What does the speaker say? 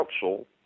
council